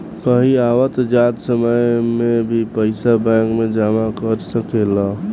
कहीं आवत जात समय में भी पइसा बैंक में जमा कर सकेलऽ